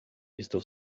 estou